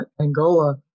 Angola